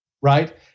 Right